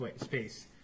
space